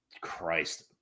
christ